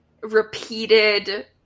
repeated